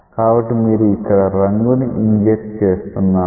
కాబట్టి మీరు ఇక్కడ రంగు ని ఇంజెక్ట్ చేస్తున్నాము